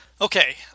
Okay